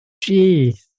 Jeez